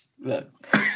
Look